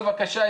בבקשה,